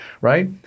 right